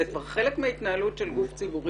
זה כבר חלק מההתנהלות של גוף ציבורי.